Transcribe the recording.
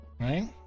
right